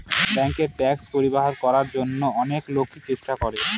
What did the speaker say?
bank tax পরিহার করার জন্য অনেক লোকই চেষ্টা করে